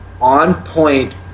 on-point